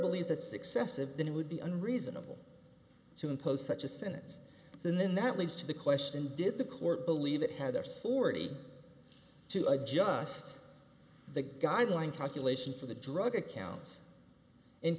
believes it's excessive then it would be an reasonable to impose such a sentence and then that leads to the question did the court believe it had their story to adjust the guideline calculations for the drug accounts and